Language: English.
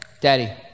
daddy